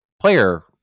player